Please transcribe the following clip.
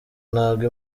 ntabwo